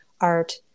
art